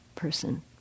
person